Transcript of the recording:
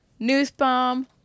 Newsbomb